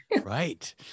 Right